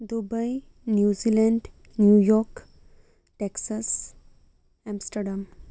Dubai New Zealand New York Texas Amsterdam